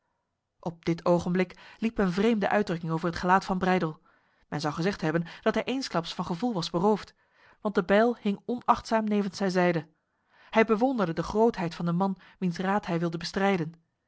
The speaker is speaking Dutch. op dit ogenblik liep een vreemde uitdrukking over het gelaat van breydel men zou gezegd hebben dat hij eensklaps van gevoel was beroofd want de bijl hing onachtzaam nevens zijn zijde hij bewonderde de grootheid van de man wiens raad hij wilde bestrijden